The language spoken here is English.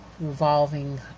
revolving